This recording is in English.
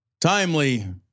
timely